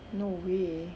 no way